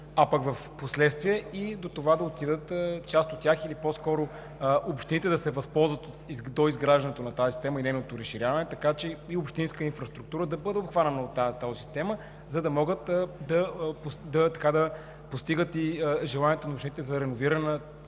а пък впоследствие и до това част от тях да отидат, или по-скоро общините да се възползват от доизграждането на тази система и нейното разширяване, така че и общинската инфраструктура да бъде обхваната от тол системата, за да могат да достигнат желанията на общините за реновирана,